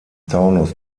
taunus